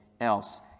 else